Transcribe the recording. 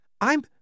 I'm